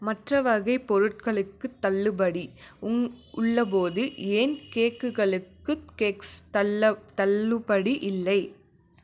மற்ற வகைப் பொருட்களுக்குத் தள்ளுபடி உங் உள்ளபோது ஏன் கேக்குகளுக்கு கேக்ஸ் தள்ள தள்ளுபடி இல்லை